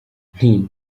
nti